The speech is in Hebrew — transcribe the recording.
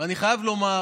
ואני חייב לומר